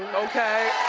okay.